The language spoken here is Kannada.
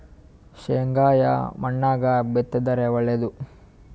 ಶೇಂಗಾ ಯಾ ಮಣ್ಣಾಗ ಬಿತ್ತಿದರ ಒಳ್ಳೇದು?